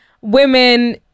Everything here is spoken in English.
women